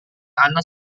anak